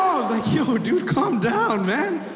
i was like, yo dude, calm down man,